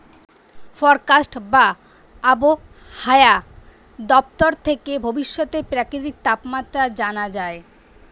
forecast বা আবহায়া দপ্তর থেকে ভবিষ্যতের প্রাকৃতিক তাপমাত্রা জানা যায়